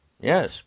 Yes